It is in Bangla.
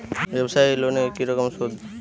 ব্যবসায়িক লোনে কি রকম সুদ?